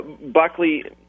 Buckley